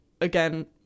again